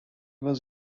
was